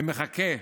ומחכה,